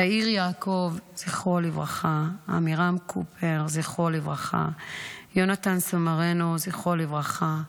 יאיר יעקב, זכרו לברכה, עמירם קופר, זכרו לברכה,